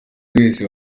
wese